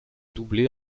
doubler